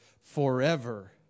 forever